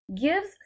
gives